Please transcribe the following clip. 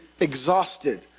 exhausted